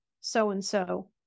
so-and-so